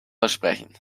versprechen